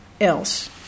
else